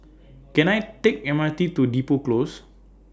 Can I Take M R T to Depot Close